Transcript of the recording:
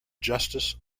justice